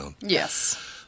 Yes